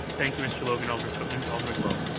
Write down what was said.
thank you, mr. logan. alderman pootmans. alderman lowe.